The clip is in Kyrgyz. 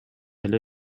эле